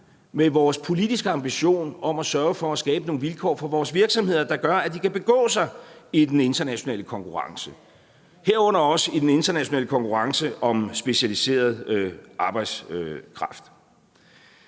med vores politiske ambition om at sørge for at skabe nogle vilkår for vores virksomheder, der gør, at de kan begå sig i den internationale konkurrence – herunder også i den internationale konkurrence om specialiseret arbejdskraft.